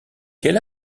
quel